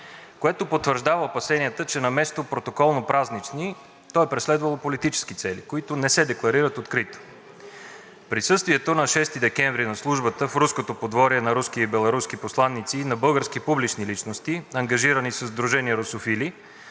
което потвърждава опасенията, че наместо протоколно празнични, то е преследвало политически цели, които не се декларират открито. Присъствието на 6 декември на службата в Руското подворие на руския и беларуския посланик и на български публични личности, ангажирани със сдружение „Русофили“,